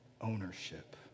ownership